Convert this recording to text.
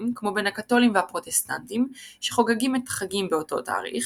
כמו בין הקתולים והפרוטסטנטים שחוגגים את החגים באותו תאריך,